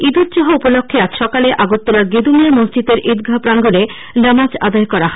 ইদ উদ জোহা উপলক্ষ্যে আজ সকালে আগরতলার গেদুমিয়া মসজিদের ইদগাহ প্রাঙ্গনে নামাজ আদায় করা হয়